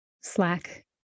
Slack